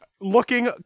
Looking